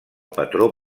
patró